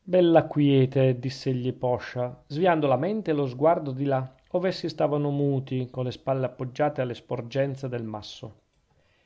bella quiete diss'egli poscia sviando la mente e lo sguardo di là ov'essi stavano muti con le spalle appoggiate alle sporgenze del masso